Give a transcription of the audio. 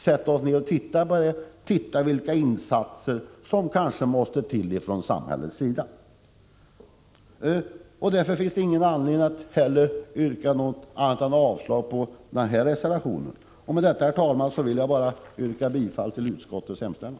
Därefter kan vi studera detta och undersöka vilka insatser som kanske måste till från samhällets sida. Mot denna bakgrund finner jag inte att det finns någon anledning att tillstyrka reservation 2. Jag yrkar bifall till utskottets hemställan.